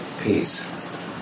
Peace